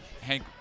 Hank